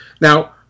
Now